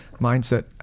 mindset